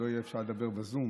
אפשרת לדבר בזום.